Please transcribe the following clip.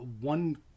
one